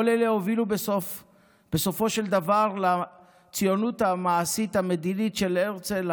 כל אלה הובילו בסופו של דבר לציונות המעשית המדינית של הרצל,